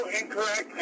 incorrect